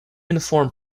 uniform